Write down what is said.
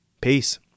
Peace